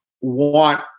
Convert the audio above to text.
want